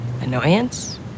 Annoyance